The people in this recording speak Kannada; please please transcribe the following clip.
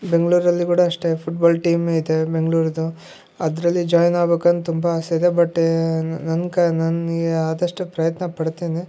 ಬೆಂಗಳೂರು ಕುಡ ಅಷ್ಟೆ ಫುಟ್ಬಾಲ್ ಟೀಮ್ ಐತೆ ಬೆಂಗ್ಳೂರದ್ದು ಅದರಲ್ಲಿ ಜಾಯ್ನ್ ಆಗ್ಬೇಕು ಅಂತ ತುಂಬ ಆಸೆಯಿದೆ ಬಟ್ ನನಗೆ ಆದಷ್ಟು ಪ್ರಯತ್ನ ಪಡ್ತೀನಿ